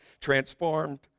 transformed